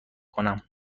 کنم